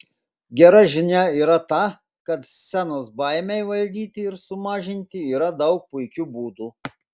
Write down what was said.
gera žinia yra ta kad scenos baimei valdyti ir sumažinti yra daug puikių būdų